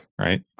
right